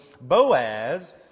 Boaz